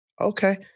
Okay